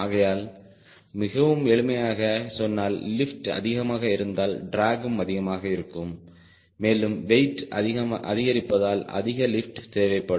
ஆகையால்மிகவும் எளிமையாகச் சொன்னால் லிப்ட் அதிகமாக இருந்தால் டிராகும் அதிகமாக இருக்கும் மேலும் வெயிட் அதிகரிப்பதால் அதிக லிப்ட் தேவைப்படும்